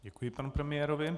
Děkuji panu premiérovi.